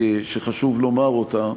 שחשוב לומר אותה.